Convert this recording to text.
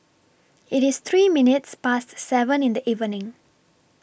IT IS three minutes Past seven in The evening